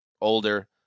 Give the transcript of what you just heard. older